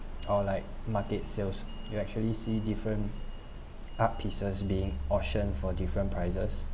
or like market sales you actually see different art pieces being auction for different prices